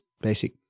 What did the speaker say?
basic